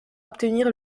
obtenir